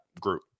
group